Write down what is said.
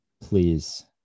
please